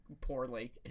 poorly